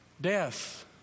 Death